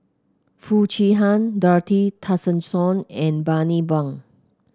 Foo Chee Han Dorothy Tessensohn and Bani Buang